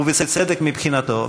ובצדק מבחינתו,